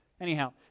Anyhow